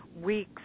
weeks